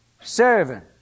servant